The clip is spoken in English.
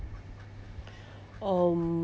um